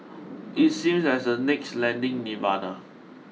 it seems as a next lending nirvana